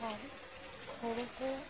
ᱟᱨ ᱦᱩᱲᱩ ᱠᱚ